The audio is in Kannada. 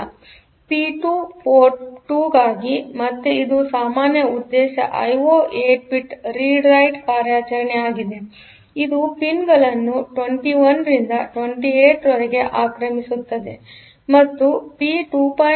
ಇದು ಪಿ2 ಪೋರ್ಟ್ 2ಗಾಗಿ ಮತ್ತೆ ಇದು ಸಾಮಾನ್ಯ ಉದ್ದೇಶ ಐಒ 8 ಬಿಟ್ ರೀಡ್ ರೈಟ್ ಕಾರ್ಯಾಚರಣೆ ಆಗಿದೆ ಇದು ಪಿನ್ಗಳನ್ನು 21 ರಿಂದ 28 ರವರೆಗೆ ಆಕ್ರಮಿಸುತ್ತದೆ ಮತ್ತು ಪಿ2